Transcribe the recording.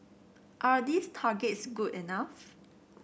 are these targets good enough